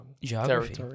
geography